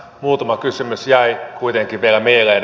muutama kysymys jäi kuitenkin vielä mieleeni